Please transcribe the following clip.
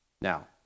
Now